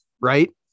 right